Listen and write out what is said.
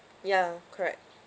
ya correct